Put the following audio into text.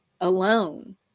alone